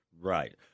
Right